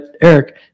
Eric